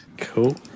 Cool